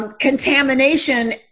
Contamination